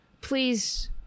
please